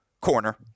corner